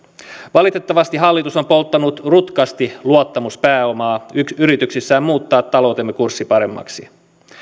valitettavasti hallitus on polttanut rutkasti luottamuspääomaa yrityksissään muuttaa taloutemme kurssi paremmaksi